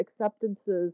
acceptances